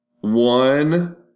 one